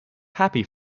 happy